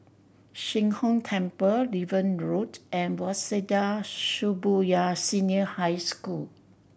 Sheng Hong Temple Niven Road and Waseda Shibuya Senior High School